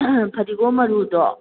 ꯐꯗꯤꯒꯣꯝ ꯃꯔꯨꯗꯣ